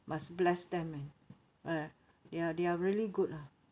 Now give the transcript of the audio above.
must bless them eh uh ya they are really good lah